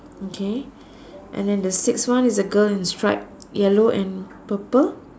okay and then the sixth one is the girl in stripe yellow and purple